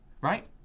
right